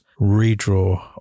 redraw